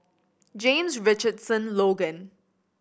James Richardson Logan